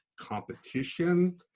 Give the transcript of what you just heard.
competition